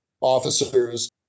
officers